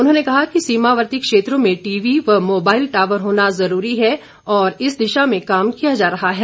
उन्होंने कहा कि सीमावर्ती क्षेत्रों में टीवी व मोबाईल टावर होना ज़रूरी है और इस दिशा में काम किया जा रहा है